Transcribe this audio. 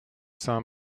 saw